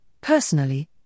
personally